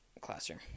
Classroom